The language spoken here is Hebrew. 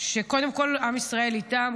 שקודם כול עם ישראל איתן,